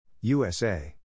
USA